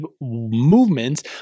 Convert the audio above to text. movements